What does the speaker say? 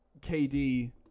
KD